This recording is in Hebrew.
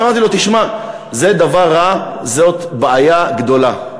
אמרתי לו: תשמע, זה דבר רע, זו בעיה גדולה.